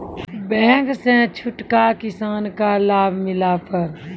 Bank से छूट का किसान का लाभ मिला पर?